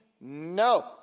no